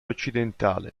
occidentale